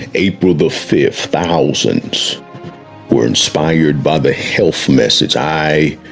ah april the fifth thousands were inspired by the health message i,